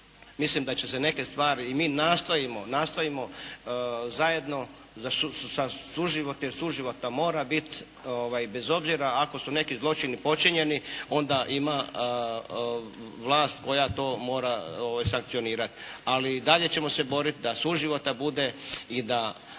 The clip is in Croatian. mislim da će se neke stvari. I mi nastojimo, nastojimo zajedno za suživot, jer suživota mora biti bez obzira ako su neki zločini počinjeni onda ima vlast koja to mora sankcionirati. Ali i dalje ćemo se boriti da suživota bude i da